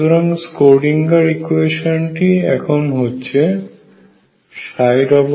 সুতরাং স্ক্রোডিঙ্গার ইকুয়েশানScrödinger equation টি এখন হচ্ছে k20